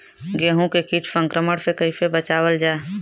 गेहूँ के कीट संक्रमण से कइसे बचावल जा?